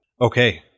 Okay